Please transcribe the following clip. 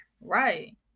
Right